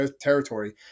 territory